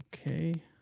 Okay